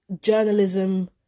journalism